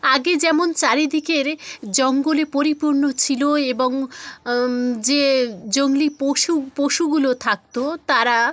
আগে যেমন চার দিকের জঙ্গলে পরিপূর্ণ ছিলো এবং যে জংলি পশু পশুগুলো থাকতো তারা